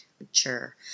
mature